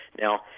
Now